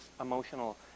emotional